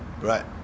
Right